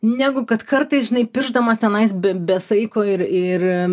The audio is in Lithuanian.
negu kad kartais žinai piršdamas tenais be be saiko ir ir